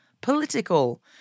political